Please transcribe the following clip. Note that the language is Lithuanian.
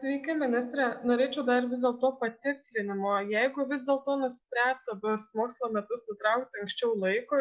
sveiki ministre norėčiau dar vis dėl to patikslinimo jeigu vis dėlto nuspręsta bus mokslo metus nutraukti anksčiau laiko